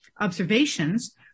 observations